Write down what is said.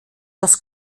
das